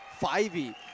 Fivey